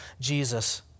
Jesus